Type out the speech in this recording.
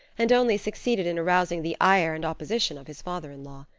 and only succeeded in arousing the ire and opposition of his father-in-law.